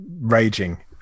raging